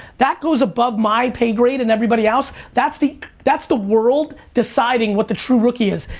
that goes above my pay grade and everybody else, that's the that's the world deciding what the true rookie is.